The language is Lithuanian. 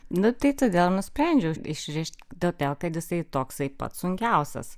nu tai todėl nusprendžiau išrišt todėl kad jisai toksai pats sunkiausias